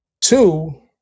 Two